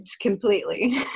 Completely